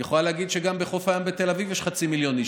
את יכולה להגיד שגם בחוף הים יש חצי מיליון איש,